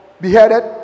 beheaded